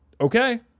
Okay